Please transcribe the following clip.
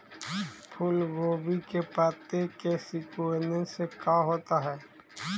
फूल गोभी के पत्ते के सिकुड़ने से का होता है?